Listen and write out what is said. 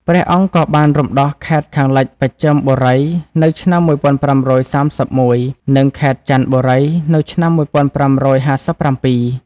ព្រះអង្គក៏បានរំដោះខេត្តខាងលិចបស្ចិមបុរីនៅឆ្នាំ ១៥៣១ និងខេត្តចន្ទបុរីនៅឆ្នាំ ១៥៥៧។